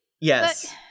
Yes